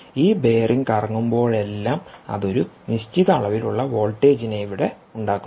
ഈ ബെയറിംഗ് കറങ്ങുമ്പോഴെല്ലാം അത് ഒരു നിശ്ചിത അളവിലുള്ള വോൾട്ടേജിനെ ഇവിടെ ഉണ്ടാക്കുന്നു